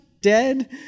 dead